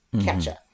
ketchup